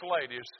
ladies